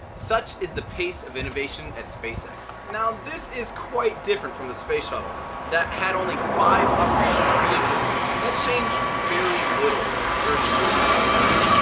such is the pace of innovation at spacex. now this is quite different from the space shuttle that had only only five operational vehicles that changed very little in their thirty years of operation.